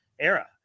era